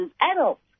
adults